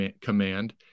command